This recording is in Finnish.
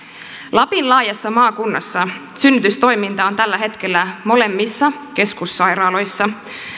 lapin laajassa maakunnassa synnytystoiminta on tällä hetkellä molemmissa keskussairaaloissa